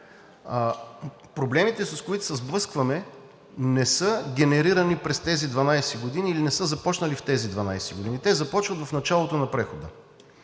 Проблемите, с които се сблъскваме, не са генерирани през тези 12 години или не са започнали в тези 12 години, те започват в началото на прехода.